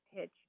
pitch